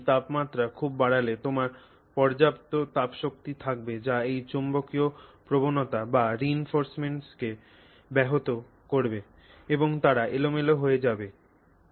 সুতরাং তুমি তাপমাত্রা খুব বাড়ালে তোমার পর্যাপ্ত তাপশক্তি থাকবে যা এই চৌম্বকীয় প্রবণতা বা reinforcements কে ব্যাহত করবে এবং তারা এলোমেলো হয়ে যাবে